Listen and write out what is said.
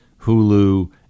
Hulu